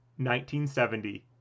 1970